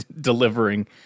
delivering